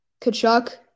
Kachuk